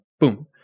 Boom